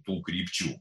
tų krypčių